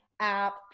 app